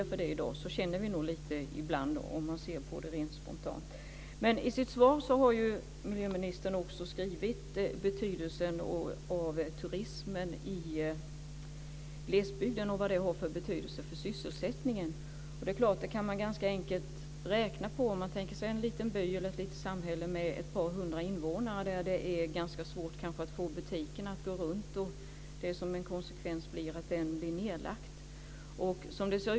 I sitt svar har miljöministern också skrivit om vilken betydelse turismen i glesbygden har för sysselsättningen. Det är ganska enkelt att räkna på detta. Man kan tänka sig en liten by eller ett litet samhälle med ett par hundra invånare där det kanske är svårt att få butiken att gå runt. Som en konsekvens av detta kanske den läggs ned.